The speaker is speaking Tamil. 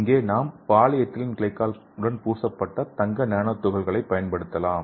இங்கே நாம் பாலிஎதிலீன் கிளைகோலுடன் பூசப்பட்ட தங்க நானோ துகள்களைப் பயன்படுத்தலாம்